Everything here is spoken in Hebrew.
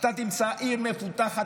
אתה תמצא עיר מפותחת,